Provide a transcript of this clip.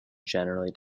generally